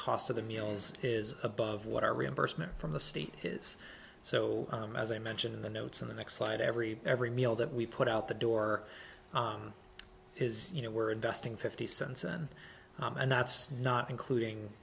cost of the meals is above what our reimbursement from the state is so as i mentioned in the notes in the next slide every every meal that we put out the door is you know we're investing fifty cents in and that's not including